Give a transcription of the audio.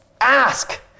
ask